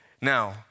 Now